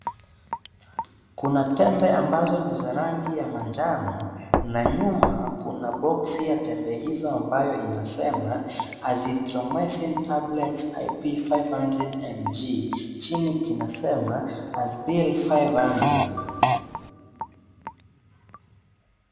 Kuna tembe ambazo ni za rangi ya manjano na nyuma kuna boksi ya tembe hizo ambayo inasema azetromazin tablets 500 mg chini kinasema asbel 500.